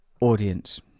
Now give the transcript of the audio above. audience